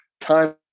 time